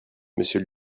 monsieur